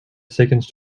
seconds